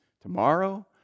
tomorrow